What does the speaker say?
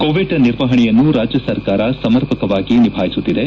Covid ನಿರ್ವಹಣೆಯನ್ನು ರಾಜ್ಯ ಸರ್ಕಾರ ಸಮರ್ಪಕವಾಗಿ ನಿಭಾಯಿಸುತ್ತಿದೆ